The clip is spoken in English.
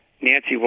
Nancy